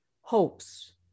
hopes